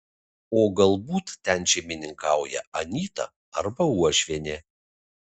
o galbūt ten šeimininkauja anyta arba uošvienė